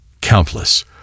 Countless